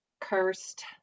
Cursed